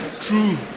True